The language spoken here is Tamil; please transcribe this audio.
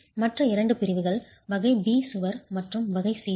மற்ற இரண்டு பிரிவுகள் வகை B சுவர் மற்றும் வகை C சுவர்